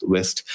West